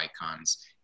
icons